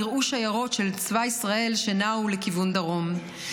נראו שיירות של צבא ישראל שנעו לכיוון דרום.